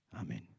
Amen